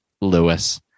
Lewis